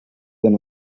than